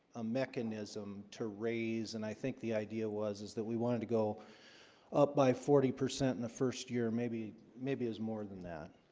a mechanism to raise and i think the idea was is that we wanted to go up by forty percent in the first year, maybe maybe is more than that